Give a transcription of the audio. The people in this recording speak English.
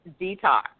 detox